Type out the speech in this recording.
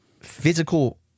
physical